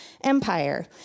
empire